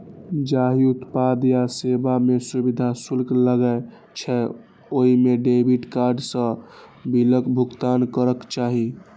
जाहि उत्पाद या सेवा मे सुविधा शुल्क लागै छै, ओइ मे डेबिट कार्ड सं बिलक भुगतान करक चाही